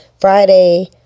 Friday